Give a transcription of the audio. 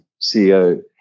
CEO